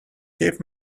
keep